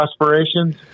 aspirations